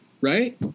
Right